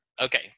Okay